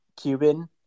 Cuban